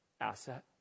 asset